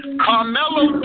Carmelo